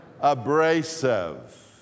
abrasive